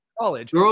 College